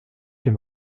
dem